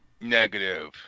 Negative